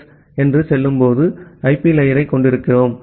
S என்று சொல்லும்போதோ IP லேயரைக் கொண்டிருக்கிறோம்